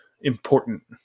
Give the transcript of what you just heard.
important